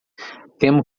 temo